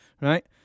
right